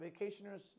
vacationers